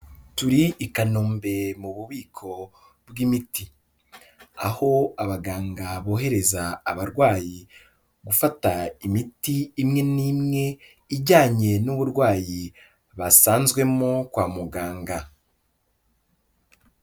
Turi i Kanombe mu bubiko bw'imiti. Aho abaganga bohereza abarwayi gufata imiti imwe n'imwe ijyanye n'uburwayi basanzwemo kwa muganga.